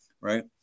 right